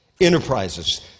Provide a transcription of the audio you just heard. Enterprises